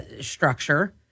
structure